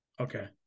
okay